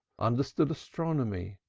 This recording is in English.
understood astronomy,